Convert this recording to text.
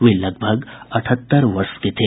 वे लगभग अठहत्तर वर्ष के थे